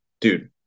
dude